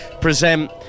present